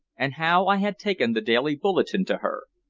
and how i had taken the daily bulletin to her.